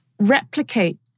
replicate